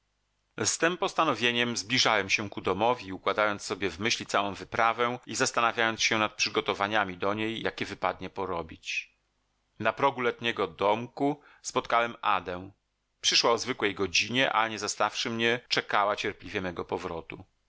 tem postanowieniem zbliżałem się ku domowi układając sobie w myśli całą wyprawę i zastanawiając się nad przygotowaniami do niej jakie wypadnie porobić na progu letniego domku spotkałem adę przyszła o zwykłej godzinie a nie zastawszy mnie czekała cierpliwie mego powrotu